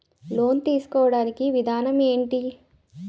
Loan తీసుకోడానికి విధానం ఏంటి?